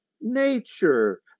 nature